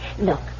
Look